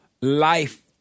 Life